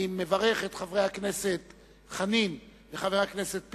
אני מברך את חבר הכנסת חנין ואת חבר הכנסת פינס,